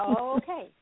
Okay